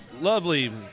lovely